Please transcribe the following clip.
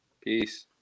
Peace